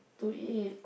to eat